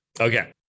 Okay